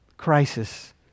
crisis